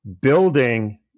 building